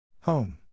Home